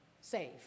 Save